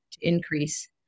increase